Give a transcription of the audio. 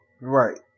right